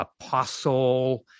apostle